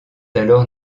alors